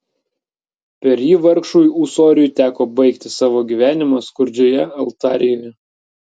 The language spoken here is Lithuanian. per jį vargšui ūsoriui teko baigti savo gyvenimą skurdžioje altarijoje